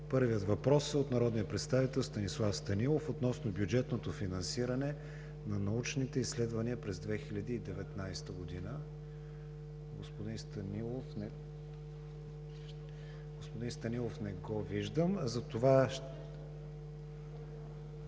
Първият въпрос е от народния представител Станислав Станилов относно бюджетното финансиране на научните изследвания през 2019 г. Господин Станилов, заповядайте да